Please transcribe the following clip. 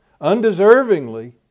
undeservingly